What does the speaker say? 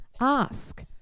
Ask